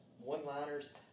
one-liners